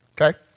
okay